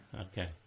Okay